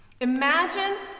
Imagine